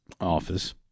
office